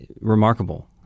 remarkable